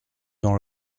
dans